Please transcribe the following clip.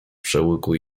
przełyku